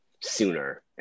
sooner